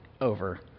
over